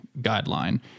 guideline